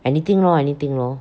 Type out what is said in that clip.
anything lor anything lor